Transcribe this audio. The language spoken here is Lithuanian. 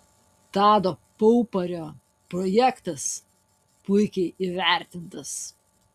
tado paupario projektas puikiai įvertintas